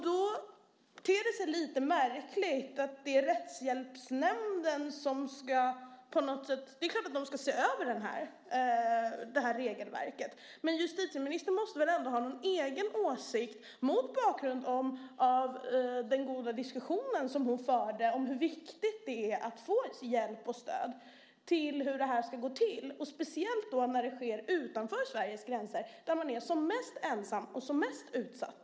Då ter det sig lite märkligt att det är Rättshjälpsnämnden som på något sätt ska göra det. Det är klart att de ska se över regelverket, men mot bakgrund av det goda resonemang som justitieministern förde om hur viktigt det är att få hjälp och stöd måste hon väl ändå ha en egen åsikt. Det gäller speciellt när brottet sker utanför Sveriges gränser där man är som mest ensam och mest utsatt.